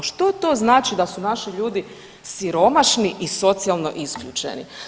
Što to znači da su naši ljudi siromašni i socijalno isključeni?